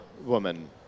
woman